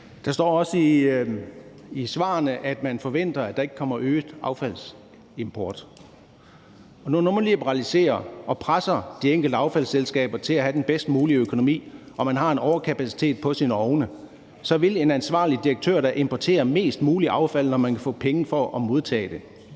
Der står også i svarene, at man forventer, at der ikke kommer øget affaldsimport. Når nu man liberaliserer og presser de enkelte affaldsselskaber til have den bedst mulige økonomi, så vil en ansvarlig direktør, når man har en overkapacitet på sin ovne, da importere mest muligt affald, når man kan få penge for at modtage det.